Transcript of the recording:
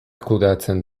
kudeatzen